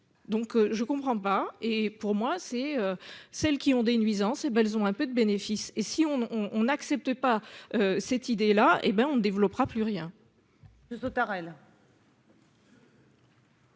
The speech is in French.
Donc je comprends pas et pour moi c'est celles qui ont des nuisances et ben elles ont un peu de bénéfice et si on on n'accepte pas cette idée là hé ben on ne développera plus rien.--